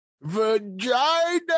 Vagina